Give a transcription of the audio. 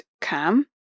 cam